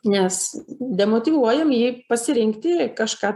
nes demotyvuojam ji pasirinkti kažką